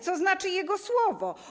Co znaczy jego słowo?